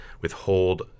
withhold